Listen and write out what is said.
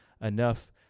enough